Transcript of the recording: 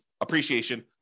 appreciation